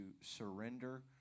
surrender